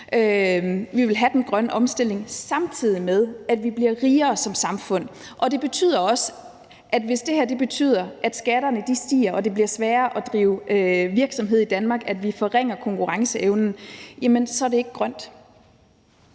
Vi vil have den grønne omstilling, samtidig med at vi bliver rigere som samfund. Og det betyder også, at hvis det her betyder, at skatterne stiger, det bliver sværere at drive virksomhed i Danmark og vi forringer konkurrenceevnen, så er det ikke grønt.